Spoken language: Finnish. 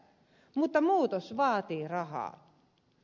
mutta muutos vaatii rahaa